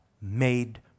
made